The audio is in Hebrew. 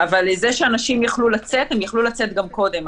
אבל זה שאנשים יכלו לצאת, הם יכלו לצאת גם קודם.